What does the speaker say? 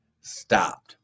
stopped